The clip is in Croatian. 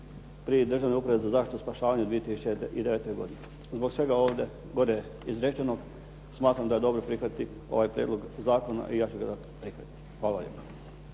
pri Državnoj upravi za zaštitu i spašavanje u 2009. godini. Zbog svega gore ovdje izrečenog smatram da je dobro prihvatiti ovaj prijedlog zakona i ja ću ga prihvatiti. Hvala lijepo.